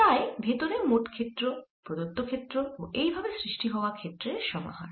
তাই ভেতরে মোট ক্ষেত্র প্রদত্ত ক্ষেত্র ও এই ভাবে সৃষ্টি হওয়া ক্ষেত্রের সমাহার